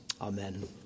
Amen